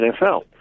NFL